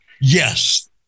yes